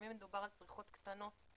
גם אם מדובר על צריכות קטנות.